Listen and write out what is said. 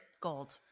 Gold